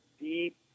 deep